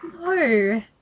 No